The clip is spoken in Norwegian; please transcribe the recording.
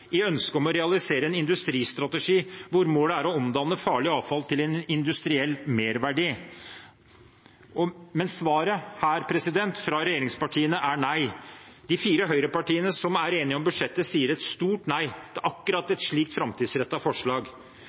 i ønsket om å realisere en industristrategi hvor målet er å omdanne farlig avfall til en industriell merverdi. Men svaret her fra regjeringspartiene er nei. De fire høyrepartiene, som er enige om budsjettet, sier et stort nei til akkurat et slikt framtidsrettet forslag.